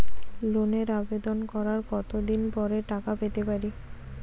লোনের আবেদন করার কত দিন পরে টাকা পেতে পারি?